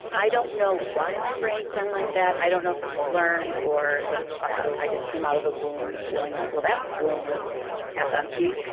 i don't know why my brain has been like that. i don't know if it was learned or if i just came out of the womb feeling like, well, that womb was half empty.